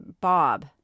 Bob